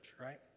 Right